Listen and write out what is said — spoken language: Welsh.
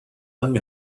yng